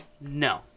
No